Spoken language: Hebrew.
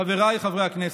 חבריי חברי הכנסת,